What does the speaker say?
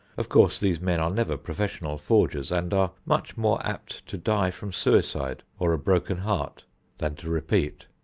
of course, these men are never professional forgers, and are much more apt to die from suicide or a broken heart than to repeat.